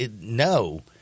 no